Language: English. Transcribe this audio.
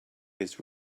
his